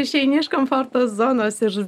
išeini iš komforto zonos ir